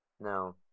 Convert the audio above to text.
No